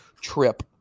trip